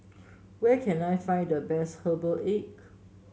where can I find the best Herbal Egg